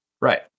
Right